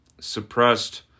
suppressed